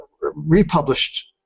republished